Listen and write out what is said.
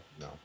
no